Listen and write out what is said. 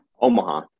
Omaha